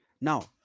Now